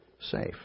safe